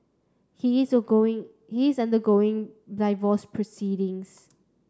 he is going he is undergoing divorce proceedings